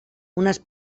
unes